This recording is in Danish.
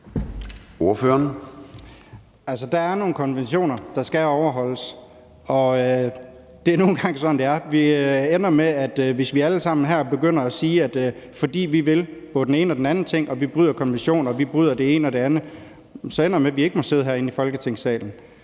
der er nogle konventioner, der skal overholdes, og det er nu engang sådan, det er. Hvis vi alle sammen her begynder at sige, at vi vil både den ene og den anden ting, og vi bryder konventioner, og vi bryder det ene og det andet, så ender det med, at vi ikke må sidde herinde i Folketingssalen.